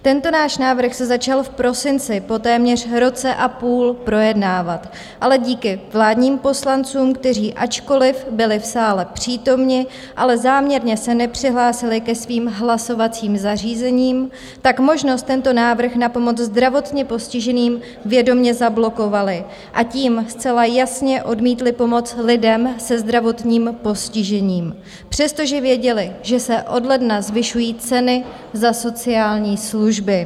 Tento náš návrh se začal v prosinci po téměř roce a půl projednávat, ale díky vládním poslancům, kteří ačkoliv byli v sále přítomni, ale záměrně se nepřihlásili ke svým hlasovacím zařízením, možnost tento návrh na pomoc zdravotně postiženým vědomě zablokovali a tím zcela jasně odmítli pomoc lidem se zdravotním postižením, přestože věděli, že se od ledna zvyšují ceny za sociální služby.